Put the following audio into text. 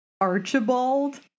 Archibald